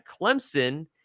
Clemson